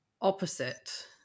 opposite